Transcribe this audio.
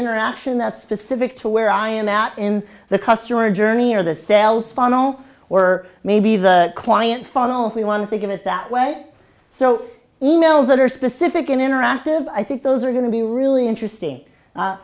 interaction that's specific to where i am out in the customer journey or the sales funnel or maybe the client funnel if we want to give it that way so emails that are specific and interactive i think those are going to be really interesting